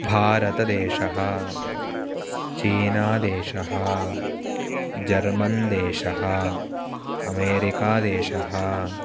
भारतदेशः चीनादेशः जर्मन्देशः अमेरिकादेशः